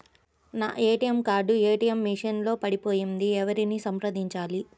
నా ATM card ATM machine లో పడిపోయింది ఎవరిని సంప్రదించాలి?